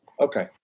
Okay